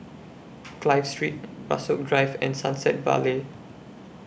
Clive Street Rasok Drive and Sunset Vale